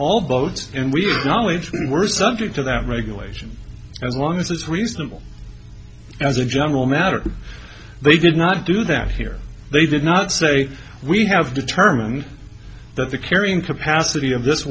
ll boats and we knowledge were subject to that regulation as long as it's reasonable as a general matter they did not do that here they did not say we have determined that the carrying capacity of this